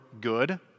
good